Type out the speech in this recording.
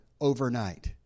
overnight